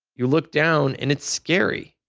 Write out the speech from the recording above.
you look down and it's scary.